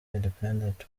independent